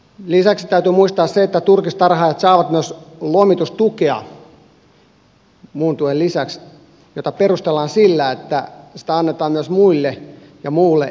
lisäksi täytyy muistaa se että turkistarhaajat saavat myös lomitustukea muun tuen lisäksi mitä perustellaan sillä että sitä annetaan myös muille ja muulle eläintuotannolle